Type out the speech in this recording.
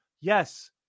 yes